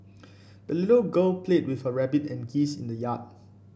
the little girl played with her rabbit and geese in the yard